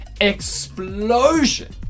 explosion